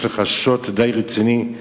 ויש לך שוט די רציני,